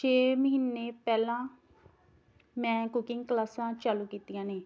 ਛੇ ਮਹੀਨੇ ਪਹਿਲਾਂ ਮੈਂ ਕੁਕਿੰਗ ਕਲਾਸਾਂ ਚਾਲੂ ਕੀਤੀਆਂ ਨੇ